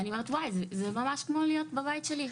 ואני אומרת כמו להיות בבית שלי,